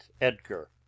Edgar